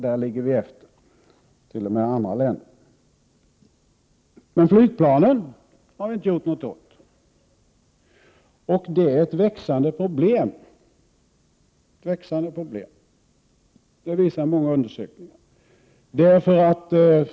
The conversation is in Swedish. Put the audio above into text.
Där ligger vi t.o.m. efter andra länder. Men flygplanen har vi inte gjort någonting åt. Det är ett växande problem, det visar många undersökningar.